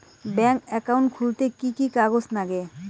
Bank account খুলতে কি কি কাগজ লাগে?